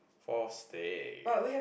for steak